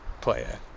player